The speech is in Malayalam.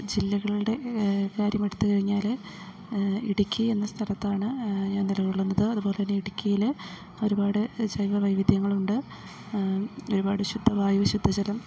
ജില്ലകളുടെ കാര്യമെടുത്ത് കഴിഞ്ഞാല് ഇടുക്കിയെന്ന സ്ഥലത്താണ് ഞാൻ നിലകൊള്ളുന്നത് അത്പോലെന്നെ ഇടുക്കിയിൽ ഒരുപാട് ജൈവവൈവിധ്യങ്ങളുണ്ട് ഒരുപാട് ശുദ്ധവായു ശുദ്ധജലം